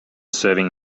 serving